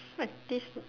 look at this